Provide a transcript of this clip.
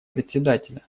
председателя